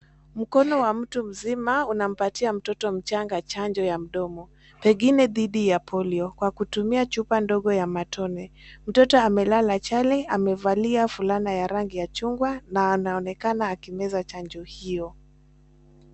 Mkono wa mtu mzima unampatia mtoto mchanga chanjo ya mdomo, pengine dhidi ya polio kwa kutumia chupa ndogo ya matone. Mtoto amelala chali amevalia fulana ya rangi ya chungwa na anaonekana akimeza chanjo hiyo.